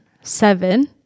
seven